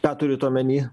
ką turit omeny